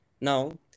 Now